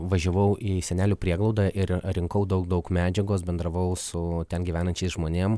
važiavau į senelių prieglaudą ir rinkau daug daug medžiagos bendravau su ten gyvenančiais žmonėm